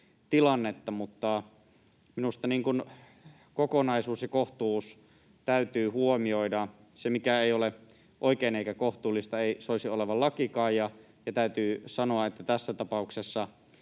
tilannetta. Minusta kokonaisuus ja kohtuus täytyy huomioida. Sen, mikä ei ole oikein eikä kohtuullista, ei soisi olevan lakikaan. Täytyy sanoa, että tässä tapauksessa